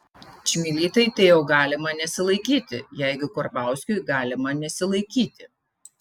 čmilytei tai jau galima nesilaikyti jeigu karbauskiui galima nesilaikyti